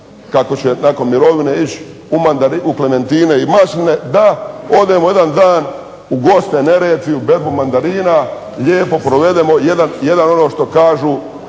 kako će nakon mirovine ići u klementine i masline, da odemo jedan dan u goste Neretvi u berbu mandarina, lijepo provedemo jedan ono što kažu